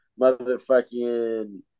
motherfucking